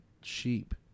sheep